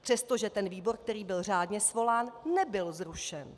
Přestože ten výbor, který byl řádně svolán, nebyl zrušen.